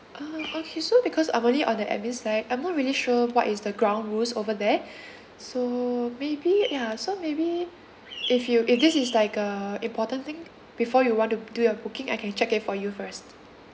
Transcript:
uh okay so because I'm only on the admin side I'm not really sure what is the ground rules over there so maybe yeah so maybe if you if this is like a important thing before you want to do your booking I can check it for you first